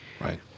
Right